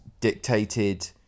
dictated